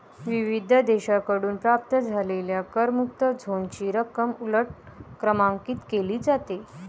विविध देशांकडून प्राप्त झालेल्या करमुक्त झोनची रक्कम उलट क्रमांकित केली जाते